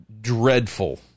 dreadful